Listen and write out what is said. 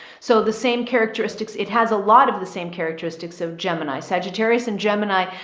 so the same characteristics, it has a lot of the same characteristics of gemini sagittarius and gemini.